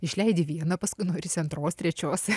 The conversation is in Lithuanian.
išleidi vieną paskui norisi antros trečios